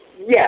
yes